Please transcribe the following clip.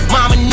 Mama